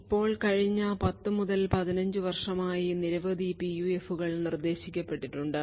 ഇപ്പോൾ കഴിഞ്ഞ 10 മുതൽ 15 വർഷമായി നിരവധി PUF കൾ നിർദ്ദേശിക്കപ്പെട്ടിട്ടുണ്ട്